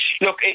Look